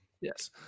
Yes